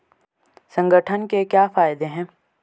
संगठन के क्या फायदें हैं?